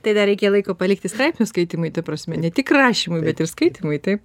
tai dar reikia laiko palikti straipsnių skaitymai ta prasme ne tik rašymui bet ir skaitymui taip